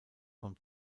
vom